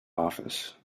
office